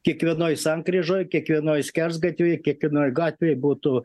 kiekvienoj sankryžoj kiekvienoj skersgatvy kiekvienoj gatvėj būtų